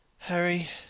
harry,